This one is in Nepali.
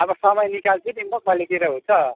अब समय निकाल्छु नि म कहिलेतिर हुन्छ